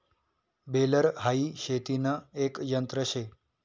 baler हाई शेतीन एक यंत्र शे